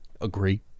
agree